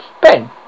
Ben